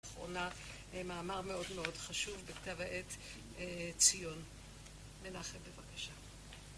...מאמר מאוד מאוד חשוב בכתב העת ציון. מנחם, בבקשה.